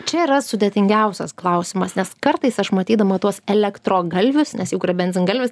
čia yra sudėtingiausias klausimas nes kartais aš matydama tuos elektrogalvius nes jeigu yra benzingalvis